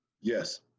yes